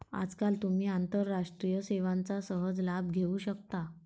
आजकाल तुम्ही आंतरराष्ट्रीय सेवांचा सहज लाभ घेऊ शकता